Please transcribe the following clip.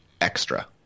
extra